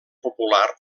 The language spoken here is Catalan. popular